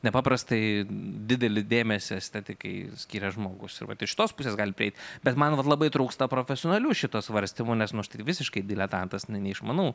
nepaprastai didelį dėmesį estetikai skyręs žmogus ir vat iš tos pusės gali prieiti bet man vat labai trūksta profesionalių šito svarstymo nes nu aš taigi visiškai diletantas neišmanau